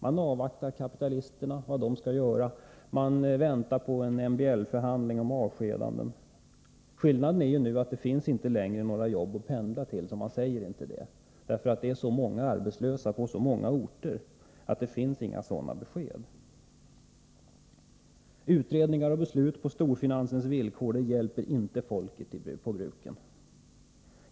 Man avvaktar vad kapitalisterna skall göra, och man väntar på en MBL-förhandling om avskedanden. Skillnaden är att det nu inte längre finns några jobb att pendla till, så man säger inte det. Det är så många arbetslösa i så många orter att sådana besked inte kan ges. Utredningar och beslut på storfinansens villkor hjälper inte folket i bruken.